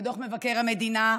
בדוח מבקר המדינה,